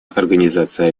организация